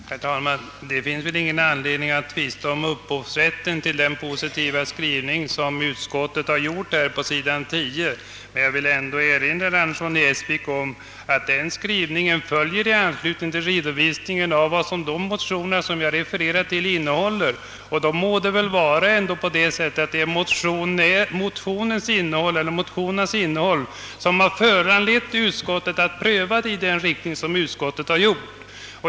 Herr talman! Det finns väl ingen anledning att tvista om upphovsrätten till den positiva skrivning som utskottet gjort på sid. 10. Men jag vill ändå erinra herr Andersson i Essvik om att den skrivningen följer i anslutning till redovisningen av vad de motioner jag refererat till innehåller. Då är det väl ändå motionernas innehåll som har föranlett utskottet att pröva saken så välvilligt som utskottet gjort.